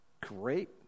Great